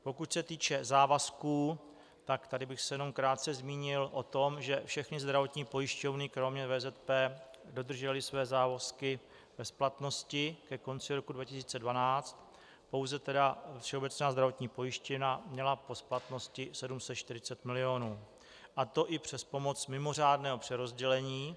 Pokud se týče závazků, tady bych se krátce zmínil o tom, že všechny zdravotní pojišťovny kromě VZP dodržely své závazky splatnosti ke konci roku 2012, pouze Všeobecná zdravotní pojišťovna měla po splatnosti 740 mil., a to i přes pomoc mimořádného přerozdělení.